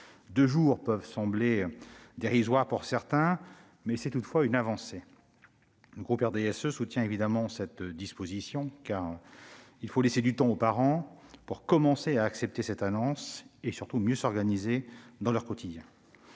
deux jours peuvent sembler dérisoires pour certains, mais c'est toutefois une avancée. Le groupe du RDSE soutient évidemment cette disposition, car il faut laisser du temps aux parents pour commencer à accepter cette annonce et, surtout, pour mieux s'organiser dans leur quotidien.